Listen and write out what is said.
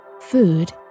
Food